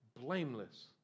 blameless